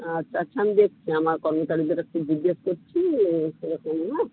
আচ্ছা আচ্ছা আমি দেখছি আমার কর্মচারীদের একটু জিজ্ঞাসা করছি যে এসে গেছে কি না